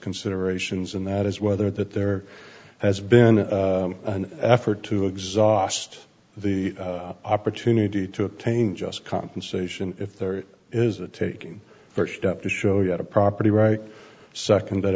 considerations and that is whether that there has been an effort to exhaust the opportunity to obtain just compensation if there is a taking perched up to show you had a property right second that